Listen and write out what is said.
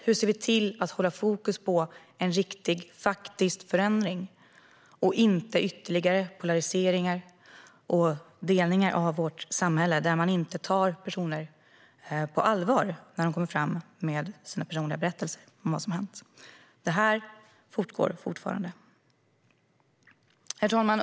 Hur ser vi till att hålla fokus på en riktig, faktisk förändring och inte ytterligare polarisering och delning av vårt samhälle där man inte tar personer på allvar när de kommer fram med sina personliga berättelser om vad som har hänt? Det här pågår fortfarande. Herr talman!